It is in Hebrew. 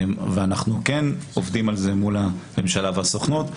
אבל אנחנו כן עובדים על זה מול הממשלה והסוכנות,